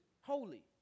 holy